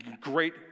great